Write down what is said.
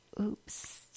Oops